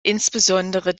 insbesondere